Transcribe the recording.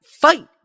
fight